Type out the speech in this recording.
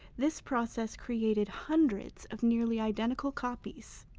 this process created hundreds of nearly identical copies.